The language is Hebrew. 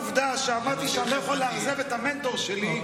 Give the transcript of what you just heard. ובזכות העובדה שאמרתי שאני לא יכול לאכזב את המנטור שלי,